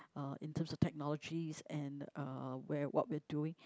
uh in terms of technologies and uh where what we are doing